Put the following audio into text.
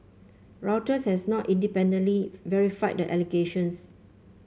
Reuters has not independently verified the allegations